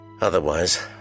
Otherwise